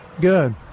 Good